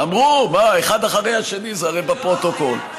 אמרו, אחד אחרי השני, זה הרי בפרוטוקול.